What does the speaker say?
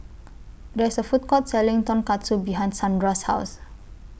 There IS A Food Court Selling Tonkatsu behind Sandra's House